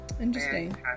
interesting